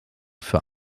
für